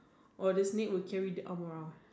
or the snake would carry the arm around